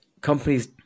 Companies